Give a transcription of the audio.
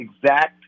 exact